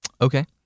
Okay